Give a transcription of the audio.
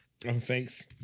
thanks